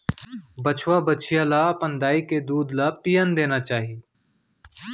बछवा, बछिया ल अपन दाई के दूद ल पियन देना चाही